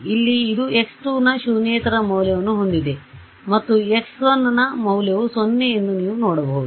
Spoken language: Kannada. ಇಲ್ಲಿ ಇದು x2 ನ ಶೂನ್ಯೇತರ ಮೌಲ್ಯವನ್ನು ಹೊಂದಿದೆ ಮತ್ತು x1 ನ ಮೌಲ್ಯವು 0 ಎಂದು ನೀವು ನೋಡಬಹುದು